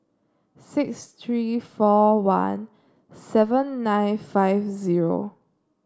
six three four one seven nine five zero